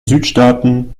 südstaaten